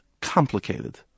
complicated